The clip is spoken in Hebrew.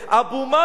אבו מאזן,